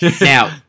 Now